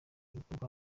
gukorerwa